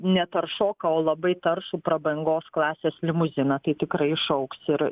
ne taršoką o labai taršų prabangos klasės limuziną tai tikrai išaugs ir